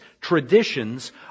traditions